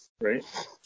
Right